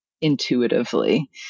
intuitively